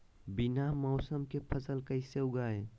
बिना मौसम के फसल कैसे उगाएं?